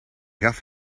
gaf